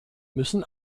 müssen